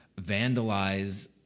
vandalize